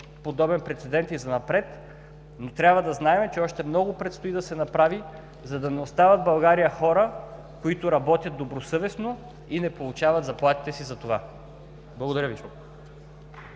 подобен прецедент и занапред, но трябва да знаем, че още много предстои да се направи, за да не остават в България хора, които работят добросъвестно и не получават заплатите си за това. Благодаря Ви.